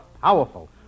powerful